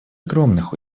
огромных